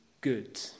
good